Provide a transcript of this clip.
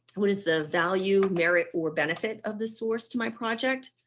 what is the value merit or benefit of the source to my project?